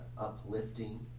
uplifting